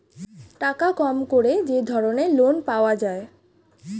টাকা কম করে যে ধরনের লোন পাওয়া যায়